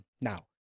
Now